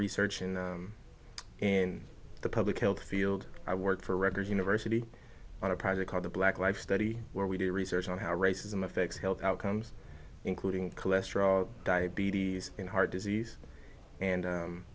research and in the public health field i work for a record university on a project called the black life study where we do research on how racism affects health outcomes including cholesterol diabetes and heart disease and